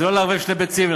זה לא לערבב שתי ביצים.